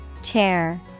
Chair